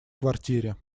квартире